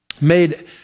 made